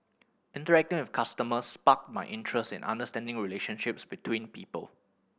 interacting with customers sparked my interest in understanding relationships between people